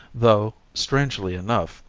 though, strangely enough,